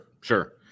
sure